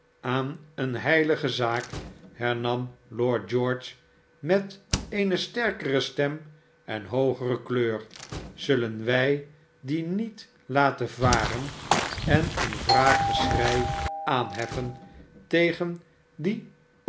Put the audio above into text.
aan eene heilige zaak hernam lord george met eene sterkere stem en hoogere kleur zullen wij die niet laten varen en een wraakgeschrei aanheffen tegen die